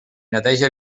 neteja